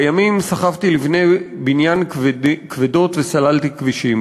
בימים סחבתי לבני בניין כבדות וסללתי כבישים,